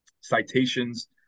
citations